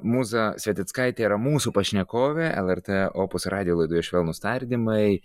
mūza svetickaitė yra mūsų pašnekovė lrt opus radijo laidoje švelnūs tardymai